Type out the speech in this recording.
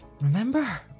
Remember